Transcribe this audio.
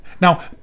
Now